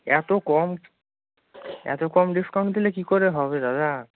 এত কম এত কম ডিসকাউন্ট দিলে কী করে হবে দাদা